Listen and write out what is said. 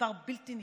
מספר בלתי נתפס.